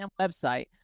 website